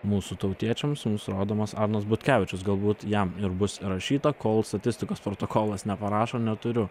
mūsų tautiečiams mums rodomas arnas butkevičius galbūt jam ir bus įrašyta kol statistikos protokolas neparašo neturiu